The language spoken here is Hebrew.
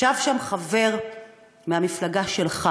ישב שם חבר מהמפלגה שלך